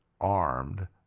armed